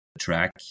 track